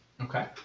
Okay